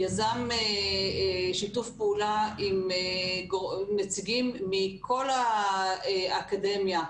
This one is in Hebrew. יזם שיתוף פעולה עם נציגים מכל האקדמיה,